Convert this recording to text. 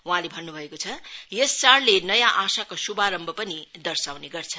वहाँले भन्नु भएको छ यस चाडले नयाँ आशाको शुभारम्भ पनि दर्शाउने गर्छ